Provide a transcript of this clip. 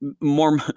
more